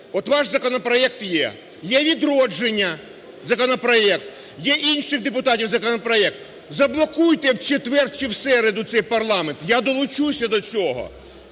от ваш законопроект є, є "Відродження" законопроект, є інших депутатів законопроект. Заблокуйте в четвер чи в середу цей парламент, я долучуся до цього.